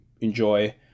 enjoy